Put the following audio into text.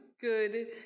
good